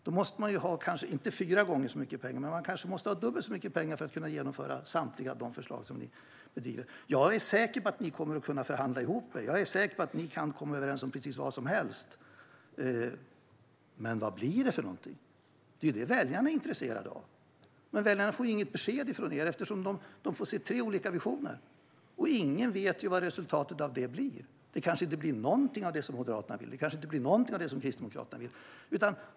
Man kanske inte måste ha fyra gånger så mycket pengar, men man måste kanske ha dubbelt så mycket pengar för att kunna genomföra samtliga förslag från er. Jag är säker på att ni kommer att kunna förhandla ihop er och kan komma överens om precis vad som helst. Men vad blir det för något? Det är ju det väljarna är intresserade av. Väljarna får dock inga besked från er, eftersom de får se tre olika visioner. Ingen vet vad resultatet av detta blir. Det kanske inte blir någonting av det som Moderaterna vill eller det som Kristdemokraterna vill.